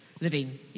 living